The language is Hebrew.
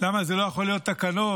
למה אלה לא יכולות להיות תקנות?